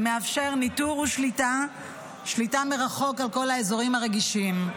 שמאפשר ניטור ושליטה מרחוק על כל האזורים הרגישים.